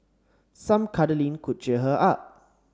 some cuddling could cheer her up